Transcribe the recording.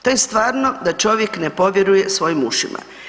To je stvarno da čovjek ne povjeruje svojim ušima.